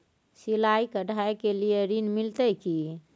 सिलाई, कढ़ाई के लिए ऋण मिलते की?